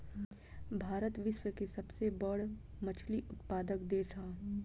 भारत विश्व के तीसरा सबसे बड़ मछली उत्पादक देश ह